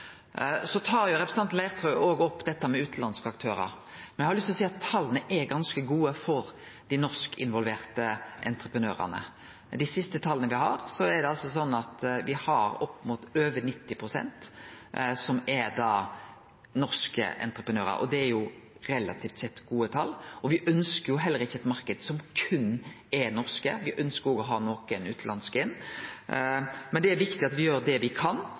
utanlandske aktørar, men eg har lyst til å seie at tala er ganske gode for dei norskinvolverte entreprenørane. I dei siste tala me har, er det altså sånn at me har opp mot over 90 pst. som er norske entreprenørar, og det er relativt sett gode tal. Me ønskjer heller ikkje ein marknad med berre norske, me ønskjer òg å ha nokon utanlandske inn, men det er viktig at me gjer det me kan